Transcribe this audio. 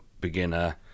beginner